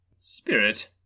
Spirit